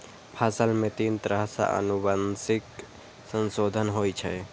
फसल मे तीन तरह सं आनुवंशिक संशोधन होइ छै